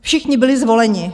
Všichni byli zvoleni.